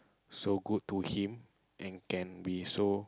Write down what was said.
so good to him and can be so